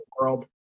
world